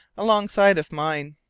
alongside of mine.